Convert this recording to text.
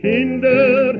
Kinder